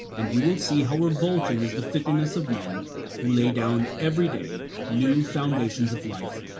and you will see how revolting is the fickleness of men who lay down every day new foundations of life,